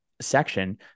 section